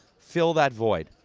fill that void.